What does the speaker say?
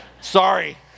Sorry